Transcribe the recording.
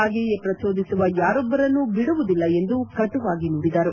ಹಾಗೆಯೇ ಪ್ರಚೋದಿಸುವ ಯಾರೊಬ್ಬರನ್ನು ಬಿಡುವುದಿಲ್ಲ ಎಂದು ಕಟುವಾಗಿ ನುಡಿದರು